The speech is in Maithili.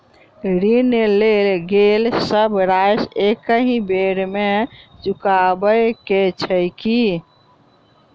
ऋण लेल गेल सब राशि एकहि बेर मे चुकाबऽ केँ छै की?